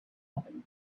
happen